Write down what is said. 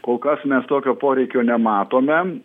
kol kas mes tokio poreikio nematome